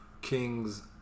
kings